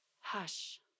hush